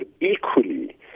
equally